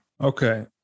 Okay